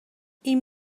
این